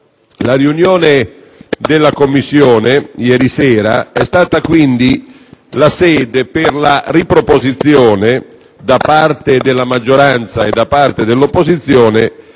La riunione della Commissione ieri sera è stata, quindi, la sede per la riproposizione, da parte della maggioranza e da parte dell'opposizione,